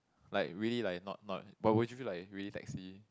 like really like not not but would you feel like really taxi